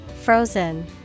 Frozen